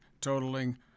totaling